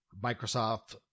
Microsoft